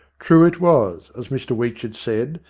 true it was, as mr weecli had said,